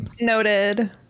Noted